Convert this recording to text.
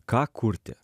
ką kurti